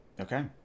Okay